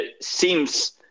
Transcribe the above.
seems